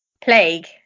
Plague